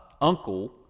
uncle